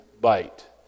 bite